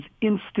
instant